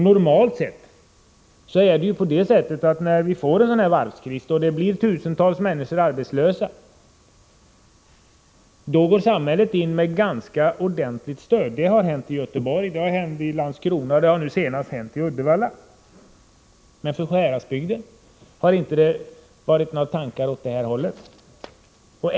Normalt är när vi får en varvskris då tusentals människor blir arbetslösa att samhället går in med ganska ordentligt stöd. Det har hänt i Göteborg, Landskrona och nu senast i Uddevalla. Men i fråga om Sjuhäradsbygden har det inte varit några tankar åt det hållet.